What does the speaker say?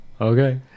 Okay